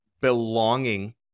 belonging